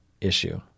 issue